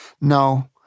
No